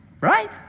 right